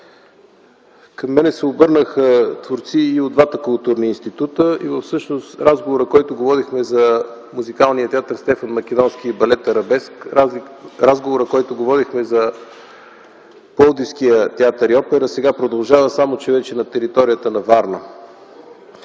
Към мен се обърнаха творци и от двата културни института. Всъщност разговора, който водихме за Музикалния театър „Стефан Македонски” и балет „Арабеск”, за Пловдивския театър и опера, сега продължава, само че вече на територията на Варна.